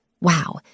Wow